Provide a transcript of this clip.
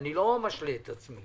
אני לא משלה את עצמי.